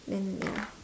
then ya